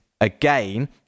again